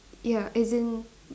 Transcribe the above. ya as in